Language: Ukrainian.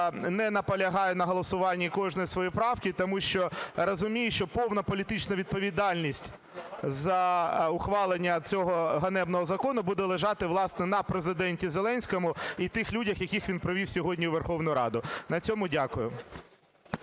не наполягаю на голосуванні кожної своєї правки, тому що розумію, що повна політична відповідальність за ухвалення цього ганебного закону буде лежати, власне, на Президенті Зеленському і тих людях, яких він привів сьогодні у Верховну Раду. На цьому дякую.